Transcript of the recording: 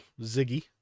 Ziggy